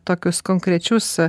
tokius konkrečius